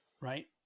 Right